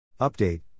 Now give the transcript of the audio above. Update